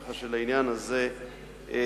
ככה שלעניין הזה אין,